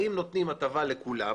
האם נותנים הטבה לכולם,